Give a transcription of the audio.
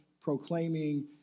proclaiming